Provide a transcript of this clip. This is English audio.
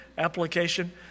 application